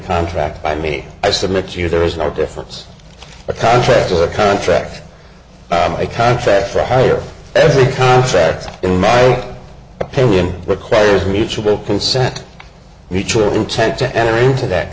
contract by me i submit you there is no difference a contract is a contract a contract for hire every contract in my opinion requires mutual consent mutual intent to enter into that